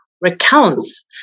recounts